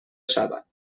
شود